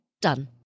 Done